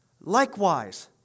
Likewise